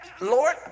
Lord